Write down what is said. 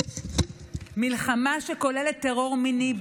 מלחמה שכוללת טרור מיני,